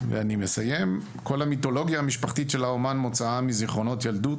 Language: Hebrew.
ואני מסיים - "כל המיתולוגיה המשפחתית של האומן מוצאה מזיכרונות ילדות,